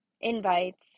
invites